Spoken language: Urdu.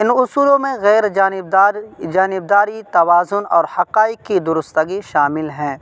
ان اصولوں میں غیر جانب دار جانب داری توازن اور حقائق کی درستگی شامل ہیں